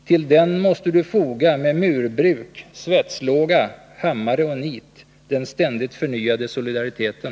Till den måste du foga med murbruk, den ständigt förnyade solidariteten.